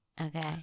Okay